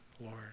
Lord